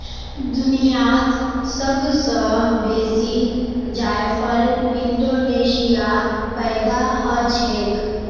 दुनियात सब स बेसी जायफल इंडोनेशियात पैदा हछेक